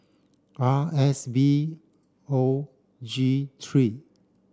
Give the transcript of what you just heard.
R S V O G three